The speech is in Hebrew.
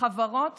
החברות